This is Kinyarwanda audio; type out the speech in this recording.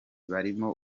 barimo